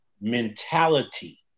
mentality